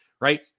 right